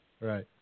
Right